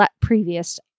previous